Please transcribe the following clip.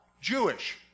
Jewish